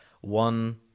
one